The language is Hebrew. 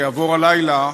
שיעבור הלילה,